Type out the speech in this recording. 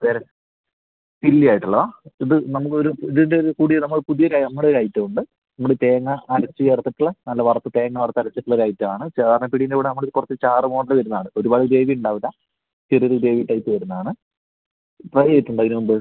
പെര ചില്ലിയായിട്ടുള്ളതോ ഇത് നമുക്കൊരു ഇതിൻ്റെ കൂടി നമ്മൾ പുതിയ നമ്മുടെ ഒരൈറ്റമുണ്ട് നമ്മള് തേങ്ങാ അരച്ചുചേർത്തിട്ടുള്ള നല്ല വറുത്തു തേങ്ങാ വറുത്തരച്ചിട്ടുള്ള ഒരൈറ്റമാണ് സാധാരണ പിടീൻ്റെ കൂടെ നമ്മള് കുറച്ചു ചാറുപോലെ വരുന്നതാണ് ഒരുപാട് ഗ്രേവിയുണ്ടാവില്ല ചെറിയൊരു ഗ്രേവി ടൈപ്പ് വരുന്നതാണ് ട്രൈ ചെയ്തിട്ടുണ്ടാ ഇതിനുമുമ്പ്